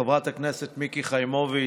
חברת הכנסת מיקי חיימוביץ',